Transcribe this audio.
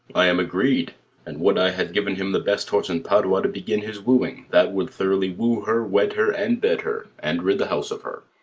i am agreed and would i had given him the best horse in padua to begin his wooing, that would thoroughly woo her, wed her, and bed her, and rid the house of her.